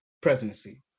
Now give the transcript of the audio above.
presidency